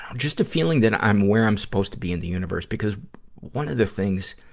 just a feeling that i'm where i'm supposed to be in the universe. because one the things